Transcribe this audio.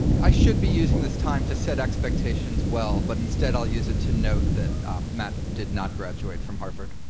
i should be using this time to set expectations well, but instead i'll use it to note that matt did not graduate from harvard.